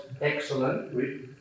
excellent